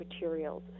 materials